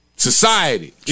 Society